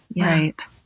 Right